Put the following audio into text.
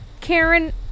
Karen